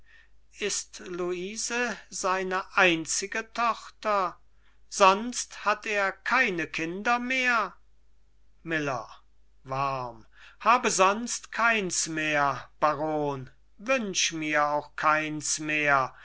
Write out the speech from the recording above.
ist luise seine einzige tochter sonst hat er keine kinder mehr miller warm habe sonst keins mehr baron wünsch mir auch keins mehr